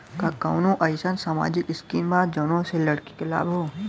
का कौनौ अईसन सामाजिक स्किम बा जौने से लड़की के लाभ हो?